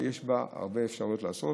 שיש בה הרבה אפשרויות לעשות.